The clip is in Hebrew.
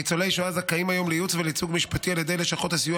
ניצולי שואה זכאים היום לייעוץ ולייצוג משפטי על ידי לשכות הסיוע